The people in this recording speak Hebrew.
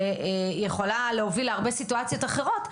שיכולה להוביל להרבה סיטואציות אחרות,